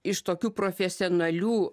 iš tokių profesionalių